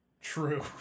True